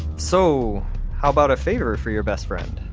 so how about a favor for your best friend?